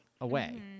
away